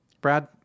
Brad